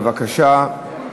בבקשה,